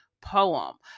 poem